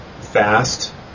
fast